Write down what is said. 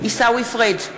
עיסאווי פריג'